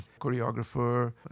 choreographer